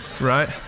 Right